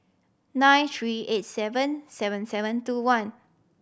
nine three eight seven seven seven two one